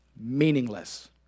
meaningless